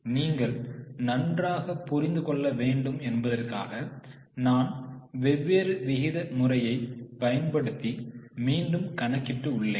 நீங்கள் நன்றாக புரிந்து கொள்ள வேண்டும் என்பதற்காக நான் வெவ்வேறு விகித முறையை பயன்படுத்தி மீண்டும் கணக்கிட்டு உள்ளேன்